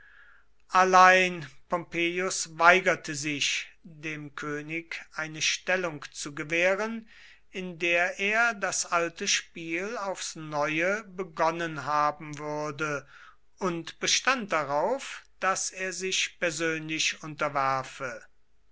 allein pompeius weigerte sich dem könig eine stellung zu gewähren in der er das alte spiel aufs neue begonnen haben würde und bestand darauf daß er sich persönlich unterwerfe